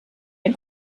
ein